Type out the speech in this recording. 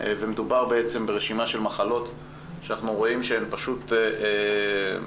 ומדובר ברשימה של מחלות שאנחנו רואים שהן פשוט הרבה